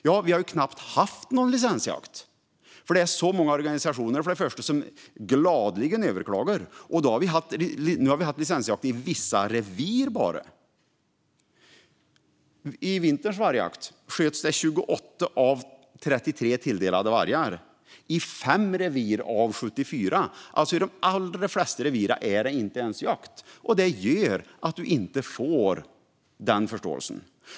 Ja, vi har ju knappt haft någon licensjakt, eftersom det är så många organisationer som gladeligen överklagar. Nu har vi bara haft licensjakt i vissa revir. I vinterns vargjakt sköts 28 av 33 tilldelade vargar. Det skedde i 5 revir av 74. I de allra flesta revir är det alltså inte ens jakt. Det gör att man inte får den förståelsen.